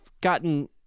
gotten